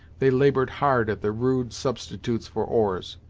they labored hard at the rude substitutes for oars.